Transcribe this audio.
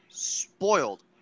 spoiled